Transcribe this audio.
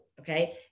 Okay